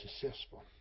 successful